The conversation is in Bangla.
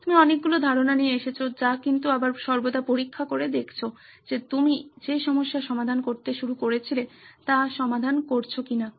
তুমি অনেকগুলি ধারণা নিয়ে এসেছো যা কিন্তু আবার সর্বদা পরীক্ষা করে দেখছো যে তুমি যে সমস্যার সমাধান করতে শুরু করেছিলে তা সমাধান করছো কিনা